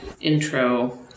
intro